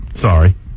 Sorry